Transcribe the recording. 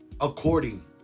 according